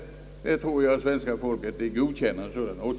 Jag tror att svenska folket godkänner en sådan åtgärd.